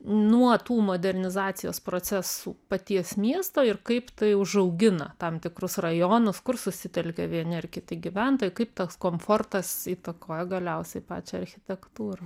nuo tų modernizacijos procesų paties miesto ir kaip tai užaugina tam tikrus rajonus kur susitelkia vieni ar kiti gyventojai kaip toks komfortas įtakoja galiausiai pačią architektūrą